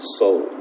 soul